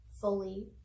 fully